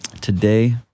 today